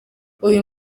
uyu